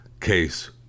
Case